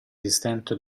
esistente